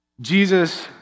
Jesus